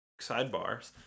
sidebars